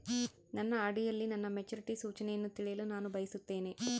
ನನ್ನ ಆರ್.ಡಿ ಯಲ್ಲಿ ನನ್ನ ಮೆಚುರಿಟಿ ಸೂಚನೆಯನ್ನು ತಿಳಿಯಲು ನಾನು ಬಯಸುತ್ತೇನೆ